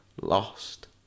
Lost